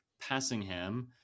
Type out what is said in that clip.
passingham